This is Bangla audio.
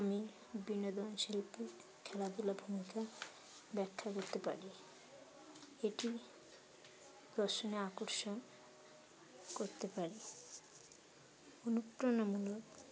আমি বিনোদন শিল্পের খেলাধুলার ভূমিকা ব্যাখ্যা করতে পারি এটি রসনা আকর্ষণ করতে পারে অনুপ্রেরণামূলক